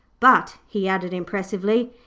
but he added impressively,